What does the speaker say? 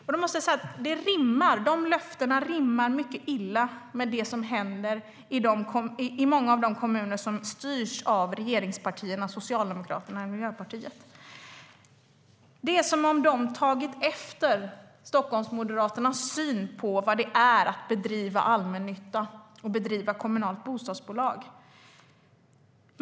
Jag måste säga att dessa löften rimmar mycket illa med det som händer i många av de kommuner som styrs av regeringspartierna - Socialdemokraterna och Miljöpartiet. Det är som om de har tagit efter Stockholmsmoderaternas syn på vad det är att bedriva allmännytta och kommunala bostadsbolag.